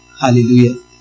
Hallelujah